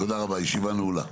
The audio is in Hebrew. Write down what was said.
תודה רבה, הישיבה נעולה.